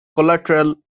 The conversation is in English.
collateral